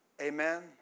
amen